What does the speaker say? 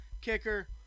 kicker